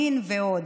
מין ועוד,